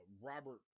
Robert